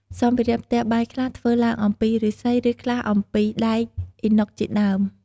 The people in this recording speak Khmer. សម្ភារៈផ្ទះបាយខ្លះធ្វើឡើងអំពី ឬស្សី ឬខ្លះអំពីដែកអ៊ីណុកជាដើម។